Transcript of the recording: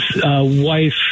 wife